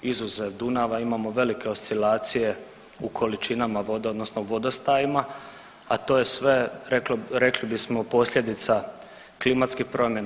Izuzev Dunava, imamo velike oscilacije u količinama vode, odnosno vodostajima, a to je sve, rekli bismo, posljedica klimatskih promjena.